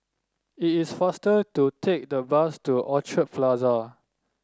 it is faster to take the bus to Orchard Plaza